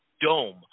dome